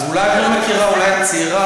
אז אולי אתה לא מכירה, אולי את צעירה.